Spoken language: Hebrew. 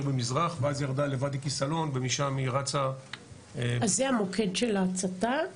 ממזרח ואז ירדה לוואדי כסלון ומשם רצה --- זה המוקד של ההצתה?